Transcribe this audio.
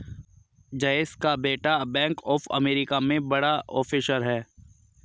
जयेश का बेटा bank of America में बड़ा ऑफिसर है